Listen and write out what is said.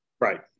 Right